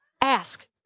Ask